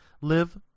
Live